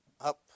up